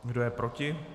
Kdo je proti?